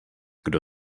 kdo